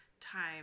time